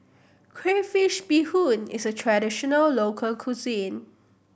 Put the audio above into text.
crayfish beehoon is a traditional local cuisine